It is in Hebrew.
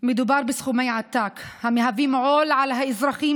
מדובר בסכומי עתק שהם עול על האזרחים